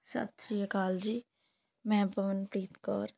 ਸਤਿ ਸ਼੍ਰੀ ਅਕਾਲ ਜੀ ਮੈਂ ਪਵਨਪ੍ਰੀਤ ਕੌਰ